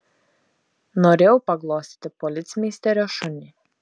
norėjau paglostyti policmeisterio šunį